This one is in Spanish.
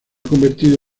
convertido